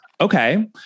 Okay